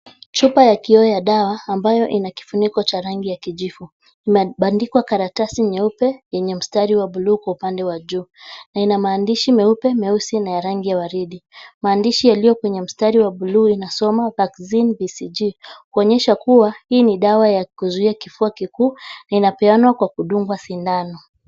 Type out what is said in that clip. Chupa ya kioo ya dawa ambayo ina kifuniko cha rangi ya kijivu. Imebandikwa karatasi nyeupe yenye mstari wa bluu kwa upande wa juu, na ina maandishi meupe, meusi na rangi ya waridi. Maandishi yaliyo kwenye mstari wa bluu unasoma vaccineBcg, kuonyesha kuwa hii ni dawa ya kuzuia kifua kikuu na inapeanwa kwa kudungwa sindano.